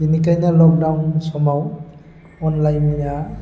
बेनिखायनो लकदाउन समाव अनलाइनाव